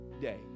day